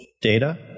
data